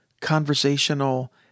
conversational